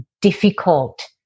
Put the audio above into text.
difficult